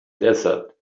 desert